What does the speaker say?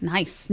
Nice